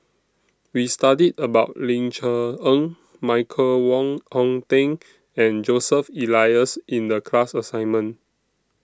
We studied about Ling Cher Eng Michael Wong Hong Teng and Joseph Elias in The class assignment